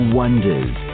wonders